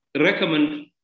recommend